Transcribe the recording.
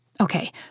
Okay